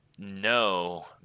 No